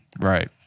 Right